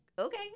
okay